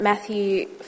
Matthew